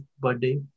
birthday